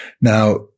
Now